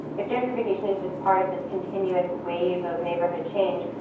if gentrification is just part of this continuous wave of neighborhood change,